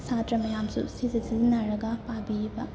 ꯁꯥꯇ꯭ꯔ ꯃꯌꯥꯝꯁꯨ ꯁꯤꯁꯦ ꯁꯤꯖꯤꯟꯅꯔꯒ ꯄꯥꯕꯤꯌꯨꯕ